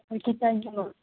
okay thank you ma'am